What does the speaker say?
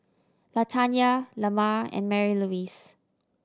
Latanya Lamar and Marylouise